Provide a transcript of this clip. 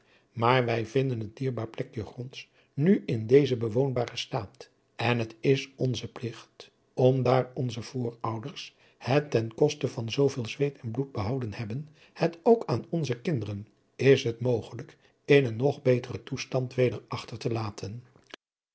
maar wij vinden het dierbaar plekje gronds nu in dezen bewoonbaren staat en het is onze pligt om daar onze voorouders het ten koste van zooveel zweet en bloed behouden hebben het ook aan onze kinderen is het mogelijk in een nog beteren toestand weder achter te laten